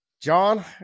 John